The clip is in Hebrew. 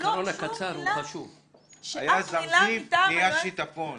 שלא שום מילה --- היה זרזיף ונהיה שיטפון.